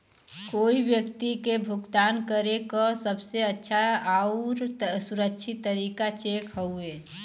कोई व्यक्ति के भुगतान करे क सबसे अच्छा आउर सुरक्षित तरीका चेक हउवे